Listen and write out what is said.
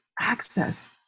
access